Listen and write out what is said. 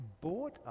bought